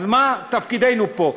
אז מה תפקידנו פה?